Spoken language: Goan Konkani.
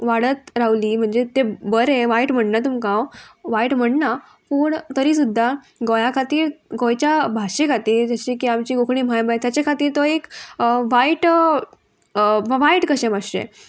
वाडत रावली म्हणजे ते बरें वायट म्हणना तुमकां हांव वायट म्हणना पूण तरी सुद्दां गोंया खातीर गोंयच्या भाशे खातीर जशें की आमची कोंकणी मायभास ताचे खातीर तो एक वायट वायट कशें मातशें